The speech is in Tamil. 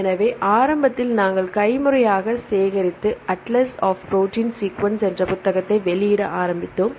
எனவே ஆரம்பத்தில் நாங்கள் கைமுறையாக சேகரித்து அட்லஸ் ஆஃப் புரோட்டீன் சீக்வென்ஸ் என்ற புத்தகத்தை வெளியிட ஆரம்பித்தோம்